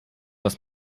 dass